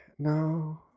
No